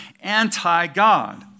anti-God